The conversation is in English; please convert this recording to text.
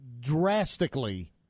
drastically